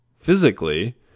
physically